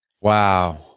Wow